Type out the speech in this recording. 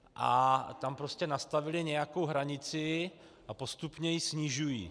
A tam prostě nastavili nějakou hranici a postupně ji snižují.